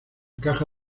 caja